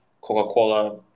Coca-Cola